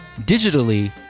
digitally